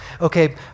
Okay